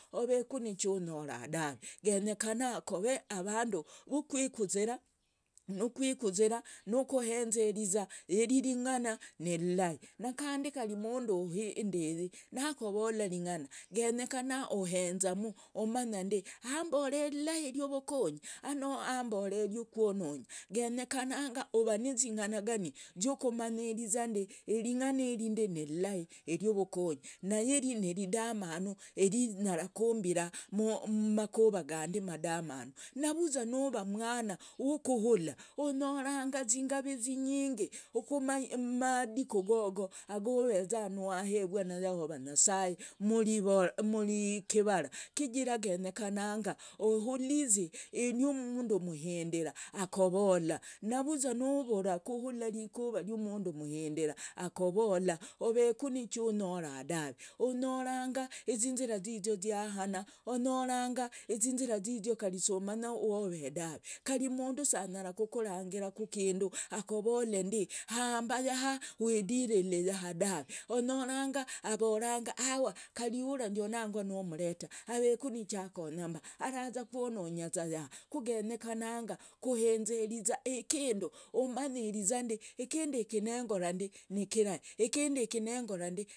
Oveku nuchonyora dave. genyekana love avandu vukwikuzira nukwikuzira. nokohenziriza yiri ringana ni lyilahi. na kande kari umundu uhenderi nakovola ringana genyekana ohenzamu umanya ambole ilahi riovokonyia ano ambole riokwonononya. genyekananga ove nizinganangani ziukumanyirizande iringana ni lyilahi niriovokonyi na rindere niridamanu irinyara kumbira mumakuva kande amadamanu. Navuzwa nuva umwana wukuhula unyoranga izingave izinyinge kumadiku gogo goveza nuwahezwa na yahova nyasaye mukivara. chigara genyekana uhulize iryuu umundu muhindira akovola. na vuzwa nuvura kuhula ryu umundu muhindira akovola oveku nuchunyara dave onyoranga izinzera zizio zihana, onyoranga izinzera zizio kari sumanya oveye. Kari si umundu anyaraku kukurangira kinda akovolende amba yaha widilele yaha dave. onyoranga avora awa kari hurangwa nanga numureta aveku nichakonya mba arazaza kwononyaza yaha. kugenyekana kuhenzeriza ikindu umanyirizande ikindike nengorande nikirahi. ikindike nengorande.